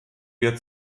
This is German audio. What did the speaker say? wir